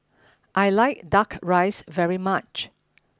I like Duck Rice very much